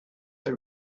for